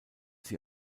sie